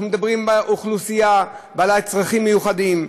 אנחנו מדברים על אוכלוסייה בעלת צרכים מיוחדים,